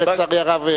ולצערי הרב,